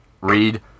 read